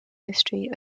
history